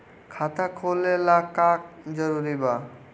खाता खोले ला का का जरूरी बा?